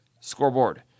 scoreboard